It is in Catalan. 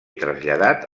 traslladat